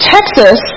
Texas